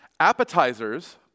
Appetizers